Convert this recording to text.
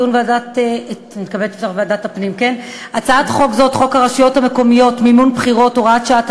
הצעת חוק הרשויות המקומיות (מימון בחירות) (הוראת שעה),